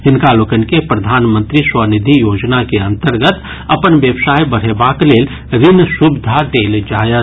हिनका लोकनि के प्रधानमंत्री स्वनिधि योजना के अंतर्गत अपन व्यवसाय बढ़ेबाक लेल ऋण सुविधा देल जायत